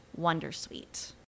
wondersuite